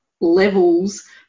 levels